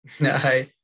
no